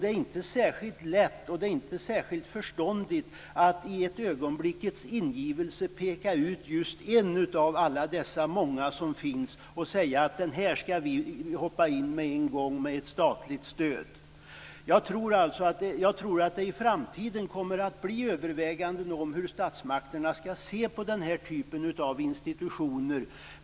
Det är inte särskilt lätt, och inte särskilt förståndigt, att i en ögonblickets ingivelse peka ut en av alla dessa många som finns och säga att här skall vi genast hoppa in med ett statligt stöd. Jag tror att det i framtiden kommer att göras överväganden om hur statsmakterna skall se på denna typ av institutioner.